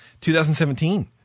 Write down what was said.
2017